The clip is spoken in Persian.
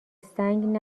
سنگ